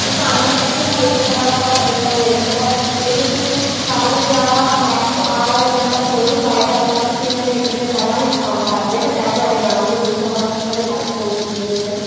ਆਸਾਨੀ ਨਾਲ ਹਰੇਕ ਤਰ੍ਹਾਂ ਦਾ ਫਰਨੀਚਰ ਮਿਲ ਸਕਦਾ ਜੇ ਤੁਸੀਂ ਕੱਲ੍ਹ ਜਾ ਨੈਕਸਟ ਆਉਣ ਵਾਲੇ ਦਿਨਾਂ ਤੱਕ ਜਦੋਂ ਵੀ ਬਾਏ ਕਰਨਾ ਤੁਸੀਂ ਮੈਨੂੰ ਇੱਕ ਦਿਨ ਪਹਿਲਾਂ ਇਨਫੋਰਮ ਕਰ ਦੇਗਾ ਮੈਂ ਤੁਹਾਡੇ ਨਾਲ ਜ਼ਰੂਰ ਜਾਵਾਂਗੀ ਤੁਹਾਡੀ ਹੈਲਪ ਹੋਜੂਗੀ ਇਹਦੇ ਨਾਲ